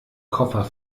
koffer